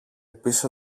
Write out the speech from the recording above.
πίσω